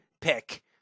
pick